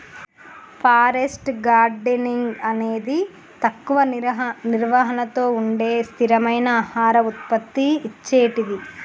forest gardening అనేది తక్కువ నిర్వహణతో ఉండే స్థిరమైన ఆహార ఉత్పత్తి ఇచ్చేటిది